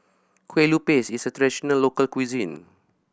Kueh Lupis is a traditional local cuisine